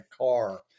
car